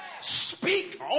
Speak